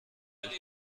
eine